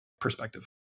perspective